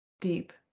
deep